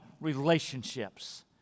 relationships